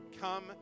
come